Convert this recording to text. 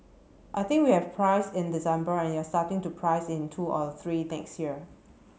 I think we have priced in December and you're starting to price in two or three next year